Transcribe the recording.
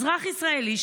אזרח ישראלי,